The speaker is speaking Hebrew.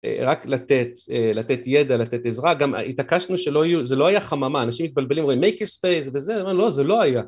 רק לתת, לתת ידע, לתת עזרה, גם התעקשנו שלא יהיו, זה לא היה חממה, אנשים מתבלבלים רואים מייקי ספייס וזה, זה לא היה.